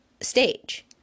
stage